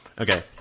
Okay